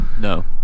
No